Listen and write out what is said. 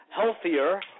healthier